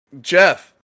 Jeff